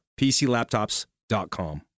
PCLaptops.com